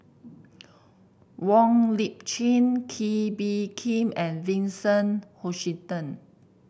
Wong Lip Chin Kee Bee Khim and Vincent Hoisington